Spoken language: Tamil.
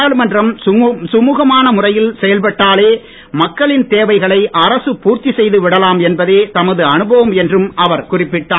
நாடாளுமன்றம் சுழுகமான முறையில் செயல்பட்டாலே மக்களின் தேவைகளை அரசு பூர்த்தி செய்து விடலாம் என்பதே தமது அனுபவம் என்றும் அவர் குறிப்பிட்டார்